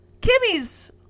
Kimmy's